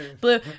blue